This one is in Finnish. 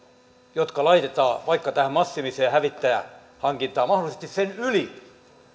jotka laitetaan vaikka tähän massiiviseen hävittäjähankintaan mahdollisesti sen yli